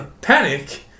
panic